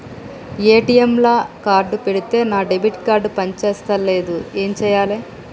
ATM లా card పెడితే నా డెబిట్ కార్డ్ పని చేస్తలేదు ఏం చేయాలే?